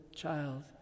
Child